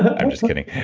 i'm just kidding.